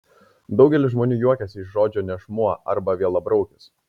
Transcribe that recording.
daugelis žmonių juokiasi iš žodžio nešmuo arba vielabraukis